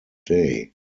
day